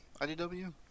IDW